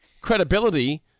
credibility